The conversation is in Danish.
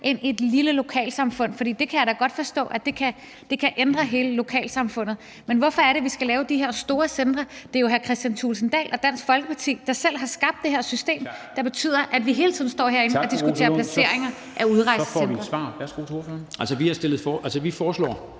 i et lille lokalsamfund, for jeg kan da godt forstå, at det kan ændre hele lokalsamfundet. Men hvorfor skal vi lave de her store centre? Det er jo hr. Kristian Thulesen Dahl og Dansk Folkeparti, der selv har skabt det her system, der betyder, at vi hele tiden står herinde og diskuterer placeringer af udrejsecentre. Kl.